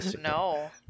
No